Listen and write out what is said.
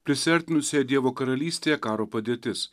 prisiartinusioje dievo karalystėje karo padėtis